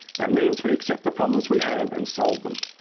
that means we accept the problems we have and solve them.